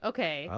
Okay